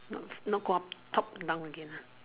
not not go up top down again ah